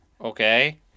Okay